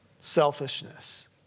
Selfishness